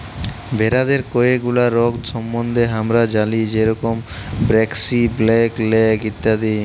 ভেরাদের কয়ে গুলা রগ সম্বন্ধে হামরা জালি যেরম ব্র্যাক্সি, ব্ল্যাক লেগ ইত্যাদি